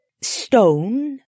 stone